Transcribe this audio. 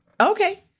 Okay